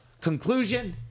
conclusion